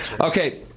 Okay